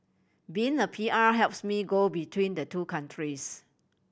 being a P R helps me go between the two countries